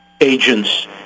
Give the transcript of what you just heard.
agents